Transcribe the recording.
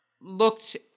looked